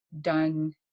done